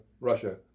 Russia